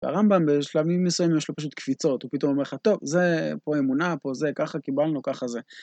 והרמב״ם בשלבים מסוימים יש לו פשוט קפיצות, הוא פתאום אומר לך, טוב, זה פה אמונה, פה זה, ככה קיבלנו, ככה זה.